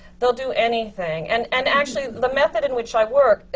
they'll do anything. and and actually, the method in which i work,